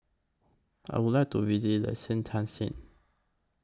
I Would like to visit Liechtenstein